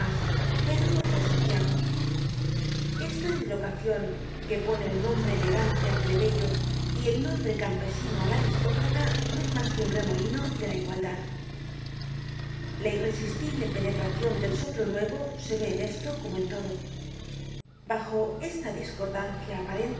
pedro ó santiago esta dislocación que pone el nombre elegante al plebeyo y el nombre campesino al aristócrata no es mas que un remolino de la igualdad la irresistible penetracion del soplo nuevo se ve en esto como en todo bajo esta discordancia aparente